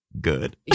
Good